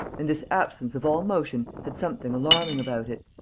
and this absence of all motion had something alarming about it.